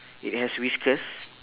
it has whiskers